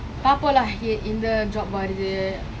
பார்ப்போம்: paarpom lah எந்த:entha job வருது:varuthu